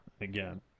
again